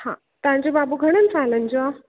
हा तव्हांजो बाबू घणनि सालनि जो आहे